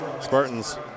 Spartans